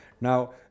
Now